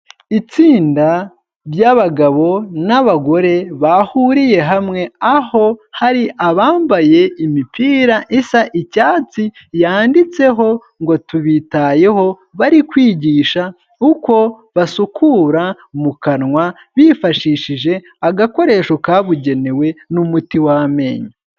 Itsinda ry'abagabo n'abagore bahuriye hamwe, aho hari abambaye imipira isa icyatsi yanditseho ngo tubitayeho, bari kwigisha uko basukura mu kanwa, bifashishije agakoresho kabugenewe n'umuti w'amenyo.